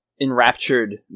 enraptured